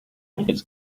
its